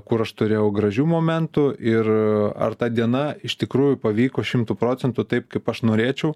kur aš turėjau gražių momentų ir ar ta diena iš tikrųjų pavyko šimtu procentų taip kaip aš norėčiau